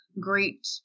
great